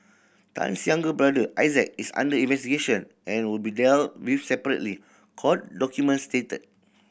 Tan's younger brother Isaac is under investigation and will be dealt with separately court documents stated